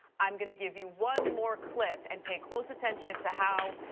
i'm gonna give you one more clip and pay close attention to how,